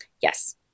Yes